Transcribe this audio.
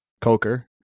Coker